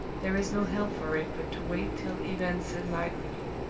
there is no help for it but to wait till events enlighten me.